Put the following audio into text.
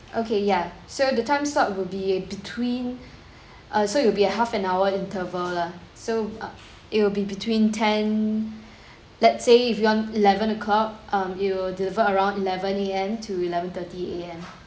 okay ya so the time slot will be between uh so it will be a half an hour interval lah so uh it will be between ten let say if you want eleven o'clock um it will deliver around eleven A_M to eleven thirty A_M